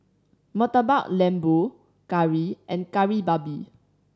Murtabak Lembu curry and Kari Babi